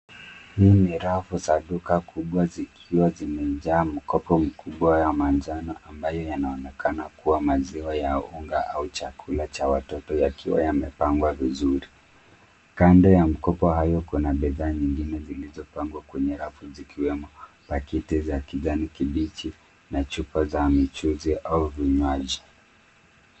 Hii ni rafu za duka kubwa zikiwa zimejaa mkopo mkubwa ya manjano ambayo yanaonekana kuwa maziwa ya unga au chakula cha watoto yakiwa yamepangwa vizuri. Kando ya mkopo hayo kuna bidhaa zingine zilizopangwa kwa rafu zikiwemo pakiti za kijani kibichi na chupa za michuuzi au vinywaji.